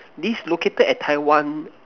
this located at Taiwan